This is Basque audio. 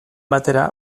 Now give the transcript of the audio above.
batera